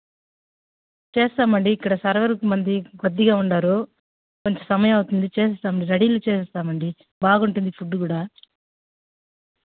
చేస్తామండి ఇక్కడ సర్వర్ మనది కొద్దిగా ఉన్నారు కొంత సమయం అవుతుంది చేస్తాం రెడీలు చేస్తామండి బాగుంటుంది ఫుడ్ కూడా